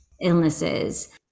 illnesses